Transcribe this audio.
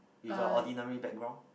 with a ordinary background